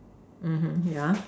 yeah